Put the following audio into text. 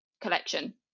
collection